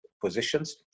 positions